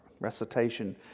Recitation